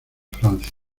francia